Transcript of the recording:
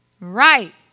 Right